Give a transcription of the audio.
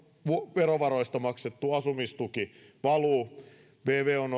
verovaroista maksettu asumistuki valuu vvon